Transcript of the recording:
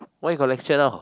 why you lecture now